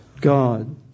God